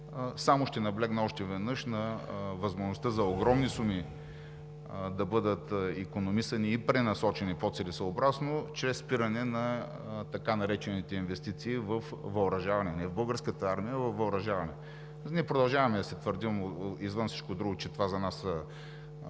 Само ще наблегна още веднъж на възможността за огромни суми да бъдат икономисани и пренасочени по-целесъобразно, чрез спиране на така наречените инвестиции във въоръжаване – не в българската армия, а във въоръжаване. Извън всичко друго ние продължаваме да твърдим, че това за нас